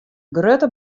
grutte